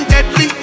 Deadly